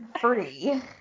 free